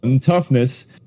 toughness